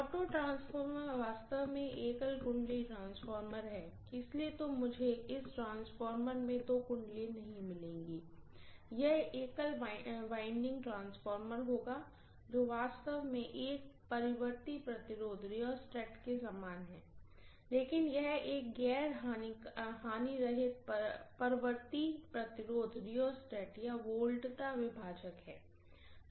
auto transformer वास्तव में एक सिंगल वाइंडिंग ट्रांसफार्मर है इसलिए तो मुझे इस ट्रांसफार्मर में दो वाइंडिंग नहीं मिलेंगी यह एक सिंगल वाइंडिंग ट्रांसफार्मर होगा जो वास्तव में एक परिवर्ती रेजिस्टेंस के समान है लेकिन यह एक गैर लॉसरहित परिवर्ती रेजिस्टेंस रिओस्टेट या वोल्टता विभाजक है